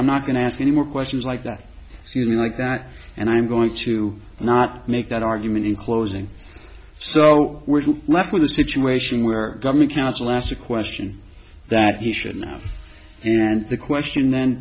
i'm not going to ask any more questions like that you know like that and i'm going to not make that argument in closing so we're left with a situation where government counsel asked a question that he shouldn't have and the question then